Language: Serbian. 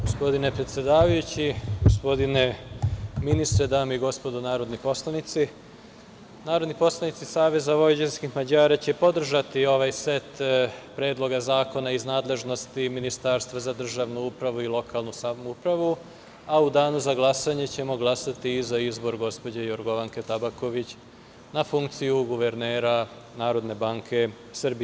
Gospodine predsedavajući, gospodine ministre, dame i gospodo narodni poslanici, narodni poslanici SVM će podržati ovaj set predloga zakona iz nadležnosti Ministarstva za državnu upravu i lokalnu samoupravu, a u danu za glasanje ćemo glasati i za izbor gospođe Jorgovanke Tabaković na funkciju guvernera NBS.